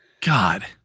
God